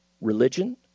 religion